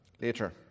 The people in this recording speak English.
later